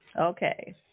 Okay